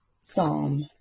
Psalm